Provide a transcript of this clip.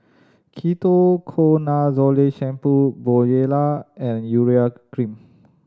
Ketoconazole Shampoo Bonjela and Urea Cream